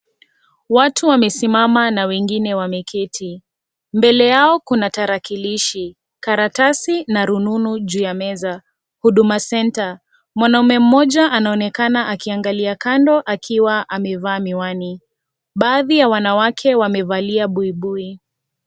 Watu wamesimama na wengine wameketi. Mbele yao, kuna tarakilishi, karatasi na rununu juu ya meza. Huduma Centre. Mwanaume mmoja, anaonekana akiangalia kando akiwa amevaa miwani. Baadhi ya wanawake wamevalia buibui.